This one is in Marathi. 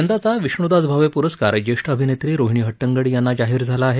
यंदाचा विष्णूदास भावे प्रस्कार ज्येष्ठ अभिनेत्री रोहिणी हइंगडी यांना जाहीर झाला आहे